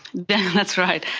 that's right.